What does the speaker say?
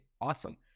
Awesome